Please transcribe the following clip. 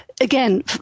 Again